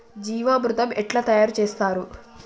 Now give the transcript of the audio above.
జీవామృతం ఎట్లా తయారు చేత్తరు?